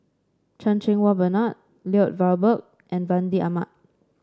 Chan Cheng Wah Bernard Lloyd Valberg and Fandi Ahmad